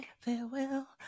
Farewell